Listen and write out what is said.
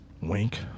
Wink